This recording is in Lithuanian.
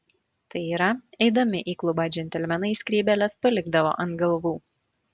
tai yra eidami į klubą džentelmenai skrybėles palikdavo ant galvų